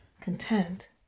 content